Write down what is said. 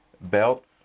belts